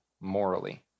morally